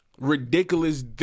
ridiculous